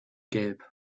gelb